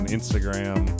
Instagram